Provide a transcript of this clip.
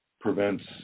prevents